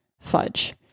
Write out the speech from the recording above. fudge